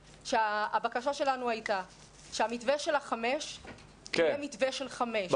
הבקשה שלנו הייתה שהמתווה של חמש יהיה מתווה של חמש.